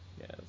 Yes